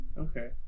okay